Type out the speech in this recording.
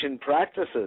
practices